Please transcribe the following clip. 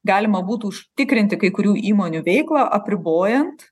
galima būtų užtikrinti kai kurių įmonių veiklą apribojant